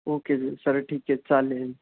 okay ज sir ठीक आहे चालेल